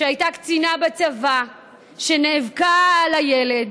שהייתה קצינה בצבא ונאבקה על הילד.